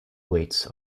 weights